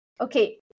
Okay